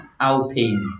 Alpine